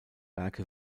werke